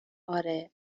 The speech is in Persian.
آره